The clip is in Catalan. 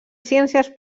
ciències